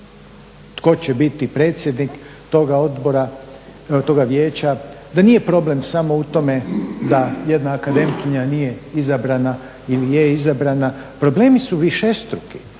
tko će biti predsjednik toga vijeća, da nije problem samo u tome da jedna akademkinja nije izabrana ili je izabrana. Problemi su višestruki,